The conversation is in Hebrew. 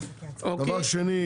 דבר שני,